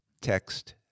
text